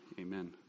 Amen